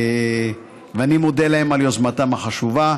אני מודה להם על יוזמתם החשובה.